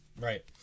Right